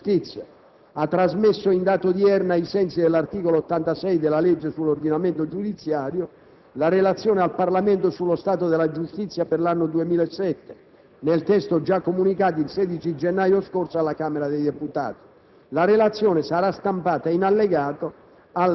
Onorevoli colleghi, il Ministro *ad interim* della giustizia ha trasmesso in data odierna, ai sensi dell'articolo 86 della legge sull'ordinamento giudiziario, la Relazione al Parlamento sull'amministrazione della giustizia nell'anno 2007, nel testo già comunicato il 16 gennaio scorso alla Camera dei deputati.